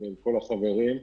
וכל החברים.